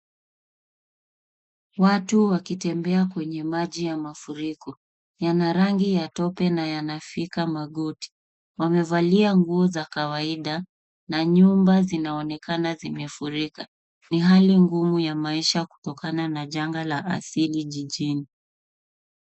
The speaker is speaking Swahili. Watu wakitembea kwenye maji ya mafuriko. Yana rangi ya tope na yanafika. Wamevalia nguo za kawaida na nyumba zinaonekana kufurika. Ni hali ngumu ya maisha kutokana na janga la asili jijini.